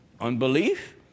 Unbelief